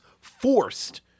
forced